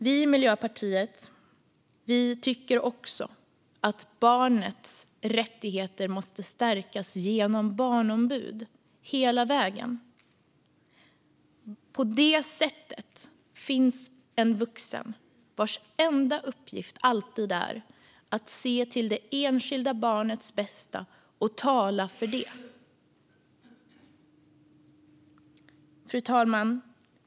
Vi i Miljöpartiet tycker också att barnets rättigheter måste stärkas genom barnombud hela vägen. På det sättet finns det alltid en vuxen vars enda uppgift är att se till det enskilda barnets bästa och tala för det. Fru talman!